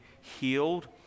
healed